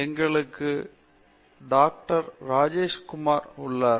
எங்களுக்கு டாக்டர் ராஜேஷ் குமார் உள்ளார்